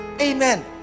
Amen